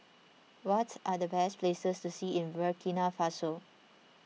what are the best places to see in Burkina Faso